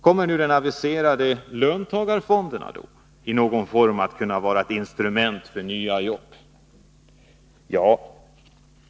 Kommer nu de aviserade löntagarfonderna i någon form att kunna vara ett instrument för nya jobb?